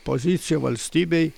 pozicija valstybei